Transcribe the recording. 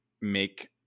make